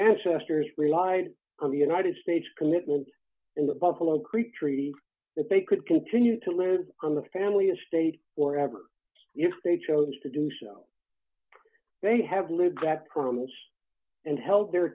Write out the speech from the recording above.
ancestors relied on the united states commitment in the buffalo creek treaty that they could continue to live on the family estate wherever if they chose to do so they have lived sacraments and held their